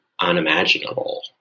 unimaginable